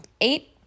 eight